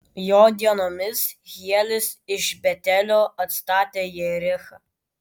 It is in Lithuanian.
jo dienomis hielis iš betelio atstatė jerichą